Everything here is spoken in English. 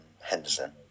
Henderson